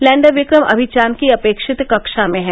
lander Vikram अभी चांद की अपेक्षित कक्षा में है